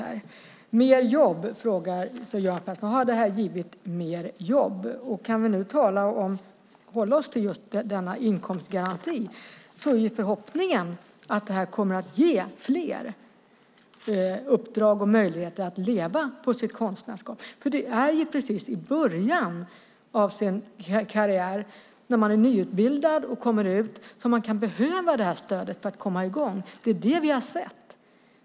Göran Persson frågar om det här har givit mer jobb. Om vi håller oss till inkomstgarantin är förhoppningen att det här kommer att ge fler uppdrag och möjligheter att leva på sitt konstnärskap. Det är precis i början av sin karriär, när man är nyutbildad, som man kan behöva stödet för att komma i gång. Det är det vi har sett.